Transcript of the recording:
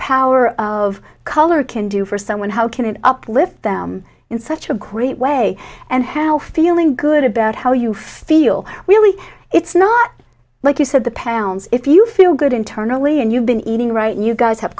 power of color can do for someone how can an uplift them in such a great way and how feeling good about how you feel really it's not like you said the pounds if you feel good internally and you've been eating right you guys have